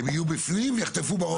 הם יהיו בפנים ויחטפו בראש.